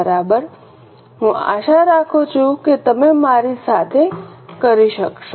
બરાબર હું આશા રાખું છું કે તમે મારી સાથે કરી શકશો